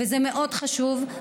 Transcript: וזה מאוד חשוב,